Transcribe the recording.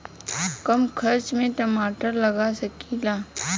कम खर्च में टमाटर लगा सकीला?